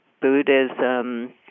Buddhism